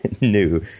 new